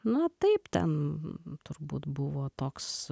na taip ten turbūt buvo toks